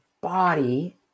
body